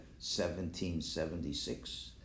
1776